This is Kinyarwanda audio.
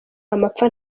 amapfa